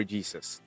Jesus